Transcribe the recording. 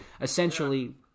essentially